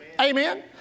Amen